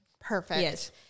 Perfect